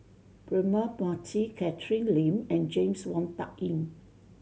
Braema Mathi Catherine Lim and James Wong Tuck Yim